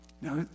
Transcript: Now